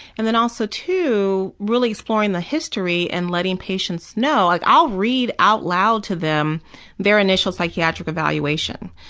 and then also too, really exploring the history and letting patients know, like i'll read out loud to them their initial psychiatric evaluation.